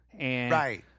Right